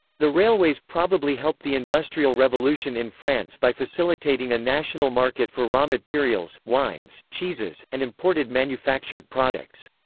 the railways probably helped the industrial revolution in france by facilitating a national market for raw materials, wines, cheeses, and imported manufactured products.